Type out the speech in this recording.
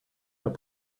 out